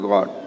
God